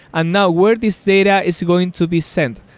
and now where this data is going to be sent?